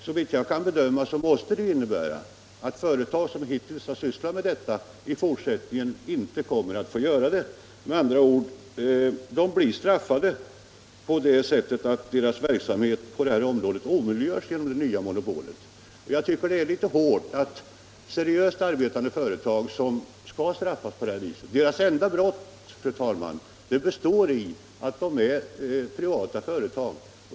Såvitt jag kan bedöma måste det innebära att företag som hittills har sysslat med denna hantering i fortsättningen inte kommer att få göra det. Med andra ord: De blir straffade på det sättet att deras verksamhet på det här området omöjliggörs genom det nya monopolet. Det är litet hårt att seriöst arbetande företag skall drabbas på det här viset. Deras enda brott, fru talman, består i att de är privata företag.